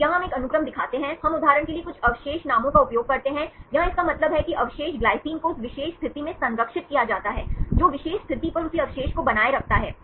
तो यहां हम एक अनुक्रम दिखाते हैं हम उदाहरण के लिए कुछ अवशेष नामों का उपयोग करते हैं यहां इसका मतलब है कि अवशेष ग्लाइसिन को उस विशेष स्थिति में संरक्षित किया जाता है जो विशेष स्थिति पर उसी अवशेष को बनाए रखता है